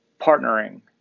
partnering